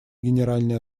генеральной